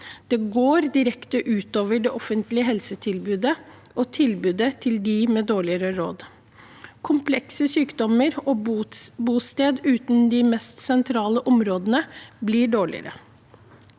Det går direkte ut over det offentlige helsetilbudet. Tilbudet til dem med dårligere råd, komplekse sykdommer og bosted utenom de mest sentrale områdene blir dårligere.